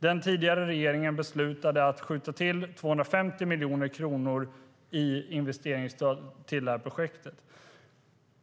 Den tidigare regeringen beslutade att skjuta till 250 miljoner kronor i investeringsstöd till detta projekt.